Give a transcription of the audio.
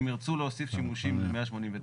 אם ירצו להוסיף שימוש ל-189,